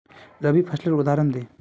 रवि फसलेर उदहारण दे?